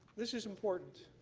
this is important.